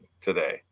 today